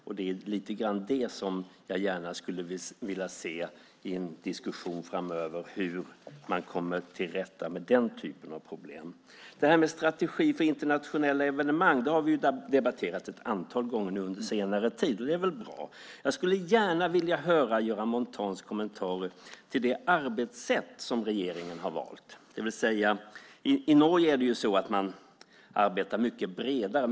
Hur man kommer till rätta med den typen av problem skulle jag vilja se i en diskussion framöver. Strategi för internationella evenemang har vi debatterat ett antal gånger på senare tid. Det är ju bra. Jag skulle vilja höra Göran Montans kommentarer till det arbetssätt som regeringen har valt. I Norge arbetar man mycket brett.